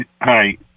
Hi